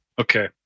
Okay